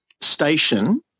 station